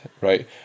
right